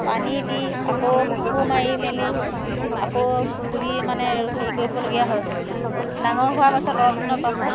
পানী দি আকৌ কোৰ মাৰি মেলি আকৌ পুলি মানে হেৰি কৰিবলগীয়া হয় ডাঙৰ হোৱাৰ পাছত অলপ দিনৰ পাছত